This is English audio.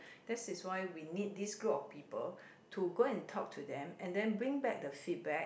that is why we need this group of people to go and talk to them and then bring back the feedback